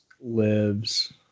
lives